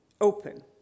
open